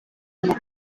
nko